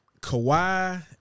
Kawhi –